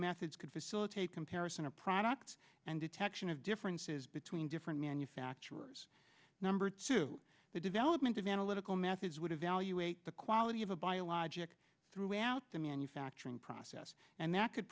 methods could facilitate comparison of products and detection of differences between different manufacturers number two the development of analytical methods would evaluate the quality of a biologic throughout the manufacturing process and that could